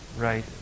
Right